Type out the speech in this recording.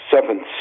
Seventh